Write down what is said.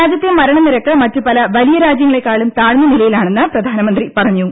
രാജ്യത്തെ മരണ നിരക്ക് മറ്റുപല വലിയ രാജ്യങ്ങളെക്കാളും താഴ്ന്ന നിലയിലാണെന്ന് പ്രധാന്മന്ത്രി പറഞ്ഞു